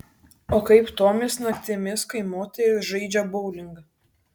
o kaip tomis naktimis kai moterys žaidžia boulingą